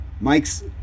Mike's